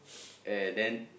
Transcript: and then